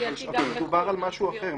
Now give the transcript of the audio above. מדובר על משהו אחר.